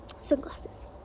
Sunglasses